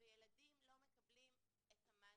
וילדים לא מקבלים את המענה.